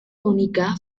única